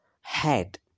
head